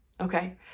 okay